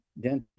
dental